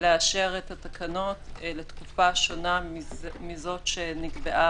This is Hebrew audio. לאשר את התקנות לתקופה שונה מזאת שנקבעה